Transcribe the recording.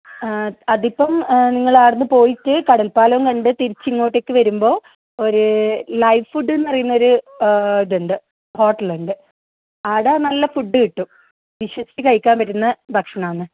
അതിപ്പം നിങ്ങൾ അവിടുന്നു പോയിട്ട് കടൽ പാലം കണ്ട് തിരിച്ച് ഇങ്ങോട്ടേക്ക് വരുമ്പോൾ ഒരു ലൈറ്റ് ഫുഡ് എന്ന് പറയുന്ന ഒരു ഇതുണ്ട് ഹോട്ടൽ ഉണ്ട് അവിടെ നല്ല ഫുഡ് കിട്ടും വിശ്വസിച്ച് കഴിക്കാൻ പറ്റുന്ന ഭക്ഷണം ആണ്